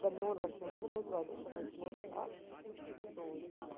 اگر میون بَچہٕ کیٚنٛہہ کرِحٲصل مےٚ تہِ واتہِ یہِ چھِ آسان أکِس مٲلۍ سٕنٛز اکھ سونچ